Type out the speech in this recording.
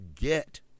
get